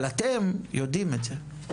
אבל אתם יודעים את זה,